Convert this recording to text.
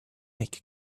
make